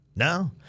No